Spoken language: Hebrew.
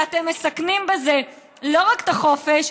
ואתם מסכנים בזה לא רק את החופש,